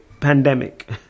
pandemic